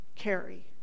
carry